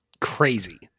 crazy